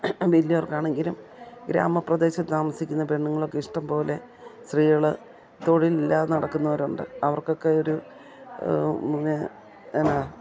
വലിയവർക്കാണെങ്കിലും ഗ്രാമപ്രദേശത്ത് താമസിക്കുന്ന പെണ്ണുങ്ങൾക്ക് ഇഷ്ടം പോലെ സ്ത്രീകൾ തൊഴിലില്ലാതെ നടക്കുന്നവരുണ്ട് അവർക്കൊക്കെ ഒരു പിന്നെ